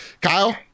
kyle